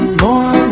more